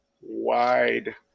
wide